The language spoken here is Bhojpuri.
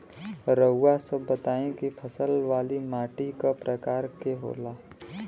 रउआ सब बताई कि फसल वाली माटी क प्रकार के होला?